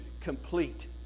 complete